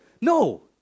No